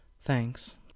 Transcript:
Thanks